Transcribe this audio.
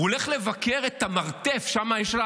הוא הולך לבקר את המרתף של העצורים,